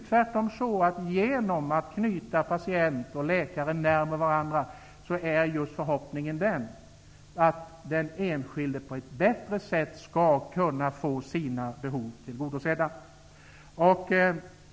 Tvärtom skall förhoppningsvis den enskilde på ett bättre sätt få sina behov tillgodosedda genom att patient och läkare knyts närmare varandra.